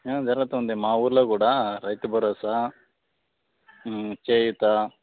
జరుగుతుంది మా ఊళ్ళో కూడా రైతు బరోసా చేయూత